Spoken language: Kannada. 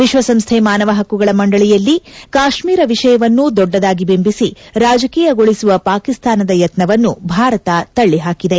ವಿಶ್ವಸಂಸ್ತೆ ಮಾನವ ಪಕ್ಷುಗಳ ಮಂಡಳಿಯಲ್ಲಿ ಕಾಶ್ನೀರ ವಿಷಯವನ್ನು ದೊಡ್ಡದಾಗಿ ಬಿಂಬಿಸಿ ರಾಜಕೀಯಗೊಳಿಸುವ ಪಾಕಿಸ್ತಾನದ ಯತ್ನವನ್ನು ಭಾರತ ತಲ್ಲಿ ಪಾಕಿದೆ